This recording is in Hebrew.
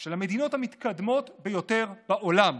של המדינות המתקדמות ביותר בעולם